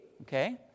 Okay